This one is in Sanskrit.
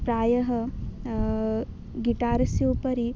प्रायः गिटारस्य उपरि